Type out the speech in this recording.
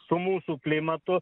su mūsų klimatu